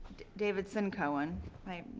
davidson-cohen